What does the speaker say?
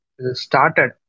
started